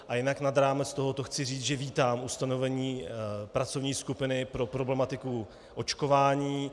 A jinak nad rámec toho chci říct, že vítám ustanovení pracovní skupiny pro problematiku očkování.